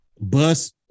Bus